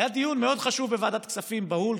היה דיון מאוד חשוב בוועדת הכספים, בהול.